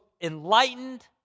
enlightened